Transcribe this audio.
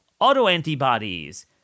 autoantibodies